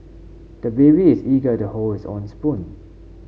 the baby is eager to hold his own spoon